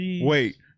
Wait